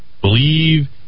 Believe